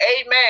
amen